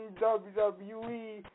WWE